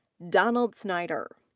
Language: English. donald snyder.